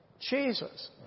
Jesus